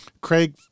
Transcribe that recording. craig